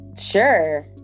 sure